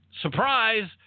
surprise